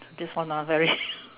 this one ah very